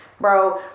Bro